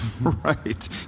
Right